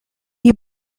you